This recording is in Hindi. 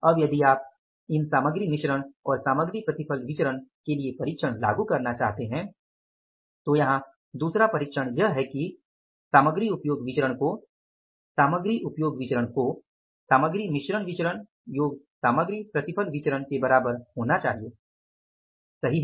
अब यदि आप इन सामग्री मिश्रण और सामग्री प्रतिफल विचरण के लिए परिक्षण लागू करना चाहते हैं तो यहाँ दूसरा परिक्षण यह है कि सामग्री उपयोग विचरण को सामग्री उपयोग विचरण को सामग्री मिश्रण विचरण योग सामग्री प्रतिफल विचरण के बराबर होना चाहिए सही है